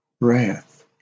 wrath